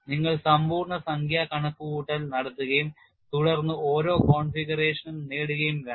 നിങ്ങൾ സമ്പൂർണ്ണ സംഖ്യാ കണക്കുകൂട്ടൽ നടത്തുകയും തുടർന്ന് ഓരോ കോൺഫിഗറേഷനും നേടുകയും വേണം